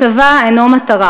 הצבא אינו מטרה,